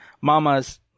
Mama's